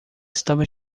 estava